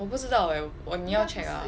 我不知道 eh 你要 check ah